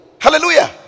Hallelujah